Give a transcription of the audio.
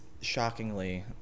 shockingly